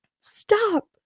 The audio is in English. Stop